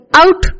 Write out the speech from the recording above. out